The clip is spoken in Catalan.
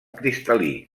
cristal·lí